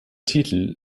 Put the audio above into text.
titel